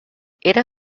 era